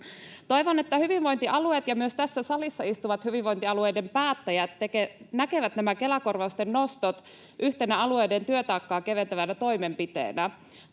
Toivon, että hyvinvointialueet ja myös tässä salissa istuvat hyvinvointialueiden päättäjät näkevät nämä Kela-korvausten nostot yhtenä alueiden työtaakkaa keventävänä toimenpiteenä.